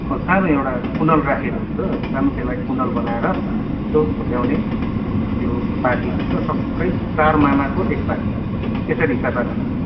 सानो एउटा कुनल राखेको हुन्छ सानो त्यसलाई कुन्डल बनाएर यसो झुन्डाउने त्यो पाथी हुन्छ टक्कै चारमानाको एक पाथी यसरी हिसाब राख्न सकिन्छ